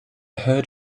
heard